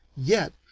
yet,